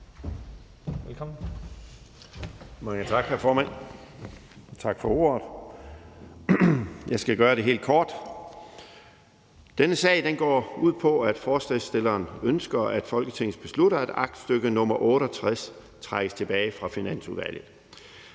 Mange tak for ordet, hr. formand. Jeg skal gøre det helt kort: Denne sag går ud på, at forslagsstillerne ønsker, at Folketinget beslutter, at aktstykke nr. 68 trækkes tilbage fra Finansudvalget.